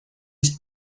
was